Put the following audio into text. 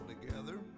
together